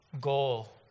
goal